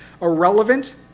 irrelevant